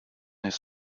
his